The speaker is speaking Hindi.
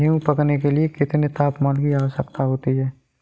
गेहूँ पकने के लिए कितने तापमान की आवश्यकता होती है?